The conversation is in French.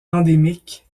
endémique